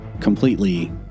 completely